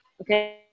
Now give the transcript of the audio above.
okay